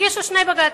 הגישה שני בג"צים: